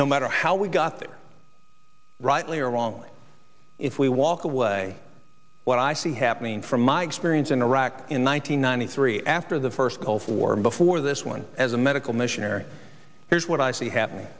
no matter how we got there rightly or wrongly if we walk away what i see happening from my experience in iraq in one thousand nine hundred three after the first gulf war and before this one as a medical missionary here's what i see happening